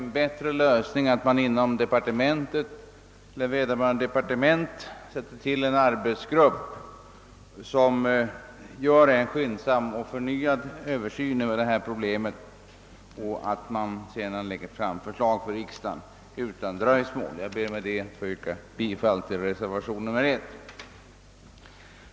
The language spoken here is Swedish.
En bättre lösning vore att inom vederbörande departement tillsätta en arbetsgrupp för att göra en skyndsam förnyad översyn av detta problem och därefter utan dröjsmål lägga fram förslag för riksdagen. Herr talman! Med detta ber jag att få yrka bifall till reservationen 1.